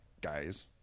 guys